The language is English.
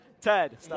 Ted